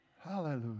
Hallelujah